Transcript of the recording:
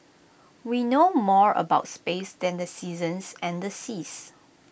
we know more about space than the seasons and the seas